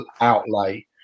outlay